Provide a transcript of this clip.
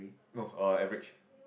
no err average